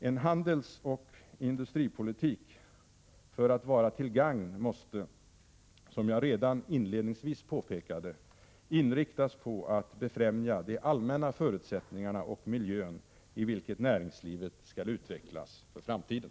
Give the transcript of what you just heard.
En handelsoch industripolitik måste — som jag redan inledningsvis påpekade — för att vara till gagn inriktas på att befrämja de allmänna förutsättningarna och den miljö i vilken näringslivet skall utvecklas för framtiden.